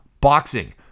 boxing